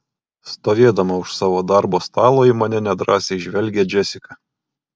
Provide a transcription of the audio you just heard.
stovėdama už savo darbo stalo į mane nedrąsiai žvelgia džesika